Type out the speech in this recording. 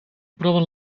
aproven